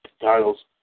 titles